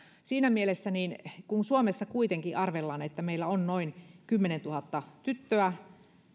siinä mielessä kun kuitenkin arvellaan että meillä suomessa on noin kymmenentuhatta tyttöä